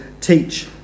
teach